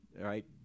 right